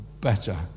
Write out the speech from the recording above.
better